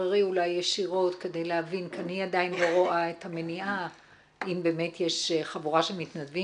אני עדיין לא רואה את המניעה אם באמת יש חבורה של מתנדבים